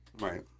Right